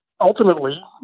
ultimately